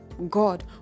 God